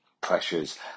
pressures